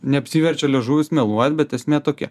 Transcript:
neapsiverčia liežuvis meluot bet esmė tokia